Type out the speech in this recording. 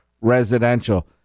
residential